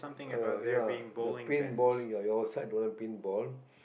uh ya the paintballing ya your side don't have paintball